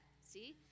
see